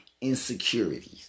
insecurities